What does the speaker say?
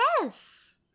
yes